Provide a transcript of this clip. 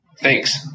Thanks